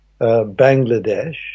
Bangladesh